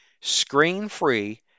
screen-free